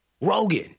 Rogan